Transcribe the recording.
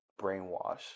brainwash